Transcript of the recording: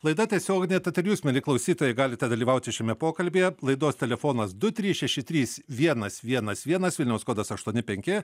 laida tiesioginė tad ir jūs mieli klausytojai galite dalyvauti šiame pokalbyje laidos telefonas du trys šeši trys vienas vienas vienas vilniaus kodas aštuoni penki